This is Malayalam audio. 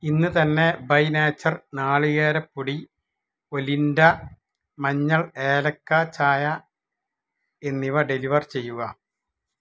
ഇന്ന് തന്നെ ബൈ നേച്ചർ നാളികേര പൊടി ഒലിൻഡ മഞ്ഞൾ ഏലയ്ക്ക ചായ എന്നിവ ഡെലിവർ ചെയ്യുക